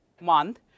month